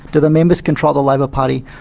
do the members control the labor party,